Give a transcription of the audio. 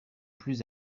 plus